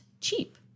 cheap